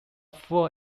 four